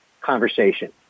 conversation